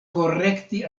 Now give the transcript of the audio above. korekti